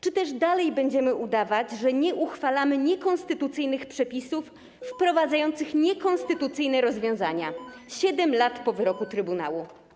Czy dalej będziemy udawać, że nie uchwalamy niekonstytucyjnych przepisów wprowadzających niekonstytucyjne rozwiązania 7 lat po wyroku trybunału?